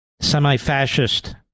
Semi-fascist